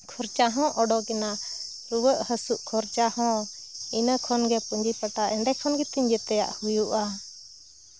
ᱠᱷᱚᱨᱪᱟ ᱦᱚᱸ ᱚᱰᱚᱠᱮᱱᱟ ᱨᱩᱣᱟᱹᱜᱼᱦᱟᱹᱥᱩᱜ ᱠᱷᱚᱨᱪᱟ ᱦᱚᱸ ᱤᱱᱟᱹ ᱠᱷᱚᱱ ᱜᱮ ᱯᱩᱸᱡᱤᱼᱯᱟᱴᱟ ᱮᱸᱰᱮ ᱠᱷᱚᱱ ᱛᱤᱧ ᱡᱮᱛᱮᱭᱟᱜ ᱦᱩᱭᱩᱜᱼᱟ